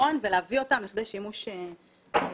האחרון ולהביא אותם לכדי שימוש ברשת.